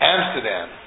Amsterdam